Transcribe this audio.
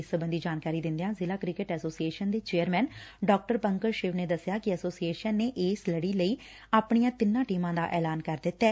ਇਸ ਸਬੰਧੀ ਜਾਣਕਾਰੀ ਦਿੰਦਿਆਂ ਜ਼ਿਲ੍ਹਾ ਕ੍ਰਿਕਟ ਐਸੋਸੀਏਸ਼ਨ ਦੇ ਚੇਅਰਮੈਨ ਡਾ ਪੰਕਜ ਸ਼ਿਵ ਨੇ ਦਸਿਆ ਕਿ ਐਸੋਸੀਏਸ਼ਨ ਨੇ ਇਸ ਲੜੀ ਲਈ ਆਪਣੀਆ ਤਿਨਾ ਟੀਮਾ ਦਾ ਐਲਾਨ ਕਰ ਦਿੱਤੈ